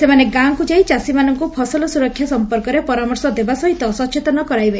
ସେମାନେ ଗାଁକୁ ଯାଇ ଚାଷୀମାନଙ୍କୁ ଫସଲ ସ୍ବରକ୍ଷା ସମ୍ପର୍କରେ ପରାମର୍ଶ ଦେବା ସହିତ ସଚେତନ କରାଇବେ